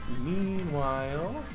Meanwhile